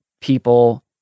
people